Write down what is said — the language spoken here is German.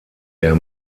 der